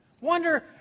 wonder